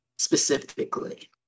Specifically